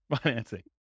financing